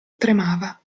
tremava